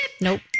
Nope